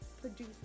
produce